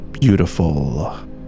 beautiful